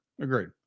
agreed